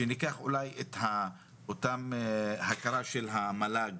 שניקח את ההכרה של המל"ג